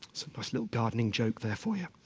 but little gardening joke there for you!